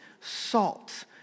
salt